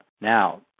Now